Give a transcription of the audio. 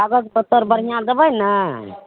कागज पत्तर बढ़िआँ देबय ने